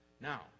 Now